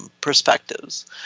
perspectives